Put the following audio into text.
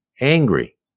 angry